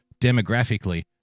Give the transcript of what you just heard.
demographically